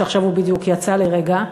שעכשיו הוא בדיוק יצא לרגע,